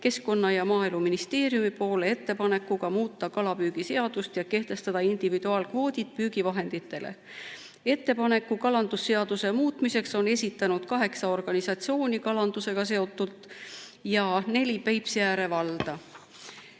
Keskkonna‑ ja Maaeluministeeriumi poole ettepanekuga muuta kalapüügiseadust ja kehtestada individuaalkvoodid püügivahenditele. Ettepaneku kalandusseaduse muutmiseks on esitanud kaheksa kalandusega seotud organisatsiooni ja neli Peipsiääre valda.